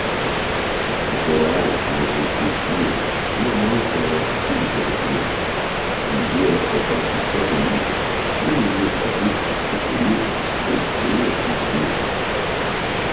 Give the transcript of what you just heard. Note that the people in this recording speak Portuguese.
velara senhor pelos seus dias como a mãe vela o filho que dormiu se um dia ela soltasse um só gemido dante alighieri o mais genial poeta da itália autor de a divina comédia eu iria saber porque ferido seu seio assim buliu